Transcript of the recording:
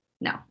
no